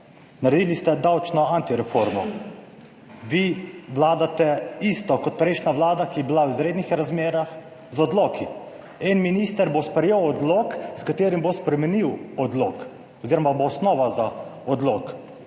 Naredili ste davčno antireformo. Vi vladate isto kot prejšnja vlada, ki je bila v izrednih razmerah, z odloki. En minister bo sprejel odlok, s katerim bo spremenil odlok. Vsi vemo, kaj